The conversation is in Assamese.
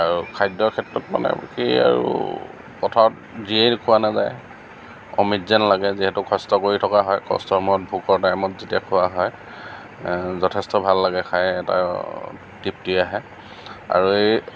আৰু খাদ্যৰ ক্ষেত্ৰত মানে কি আৰু পথাৰত যিয়ে খোৱা নাযায় অমৃত যেন লাগে যিহেতু কষ্ট কৰি থকা হয় কষ্টৰ সময়ত ভোকৰ টাইমত যেতিয়া খোৱা হয় যথেষ্ট ভাল লাগে খায় এটা তৃপ্তি আহে আৰু এই